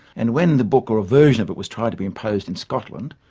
and when the book or a version of it was tried to be imposed in scotland,